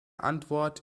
antwort